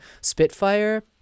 Spitfire